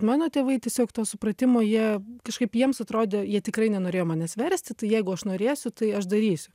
mano tėvai tiesiog to supratimo jie kažkaip jiems atrodė jie tikrai nenorėjo manęs versti tai jeigu aš norėsiu tai aš darysiu